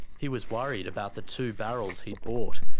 he was worried about the two barrels he'd bought,